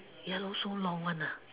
ya so long one